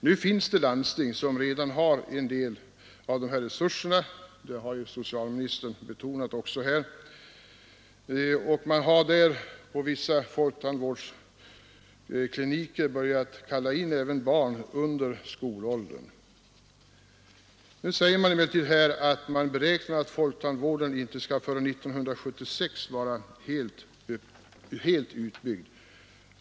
Nu finns det landsting som redan har en del av dessa resurser — det har ju också socialministern betonat här — och man har då på vissa folktandsvårdskliniker börjat kalla in även barn under förskoleåldern. Det sägs emellertid att man beräknar att folktandvården inte skall vara helt utbyggd förrän 1976.